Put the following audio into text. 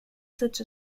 such